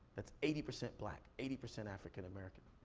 that's eighty percent black, eighty percent african american.